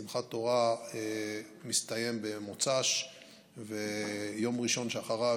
שמחת תורה מסתיים במוצאי שבת ויום ראשון שאחריו,